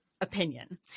opinion